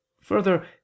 Further